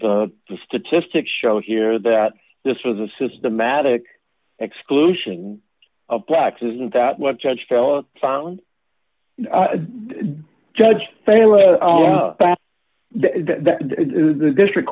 of the statistics show here that this was a systematic exclusion of blacks isn't that what judge keller found the judge failing that the district